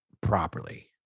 properly